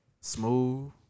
Smooth